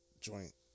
joint